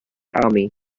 army